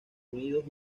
unidos